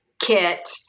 Kit